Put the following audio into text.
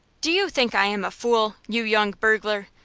do you think i am a fool, you young burglar?